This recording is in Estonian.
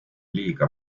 liiga